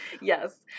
Yes